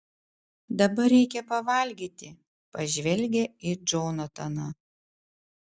dabar reikia pavalgyti pažvelgia į džonataną